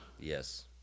Yes